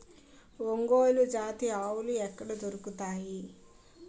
ఒంగోలు జాతి ఆవులు ఎక్కడ దొరుకుతాయి?